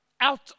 out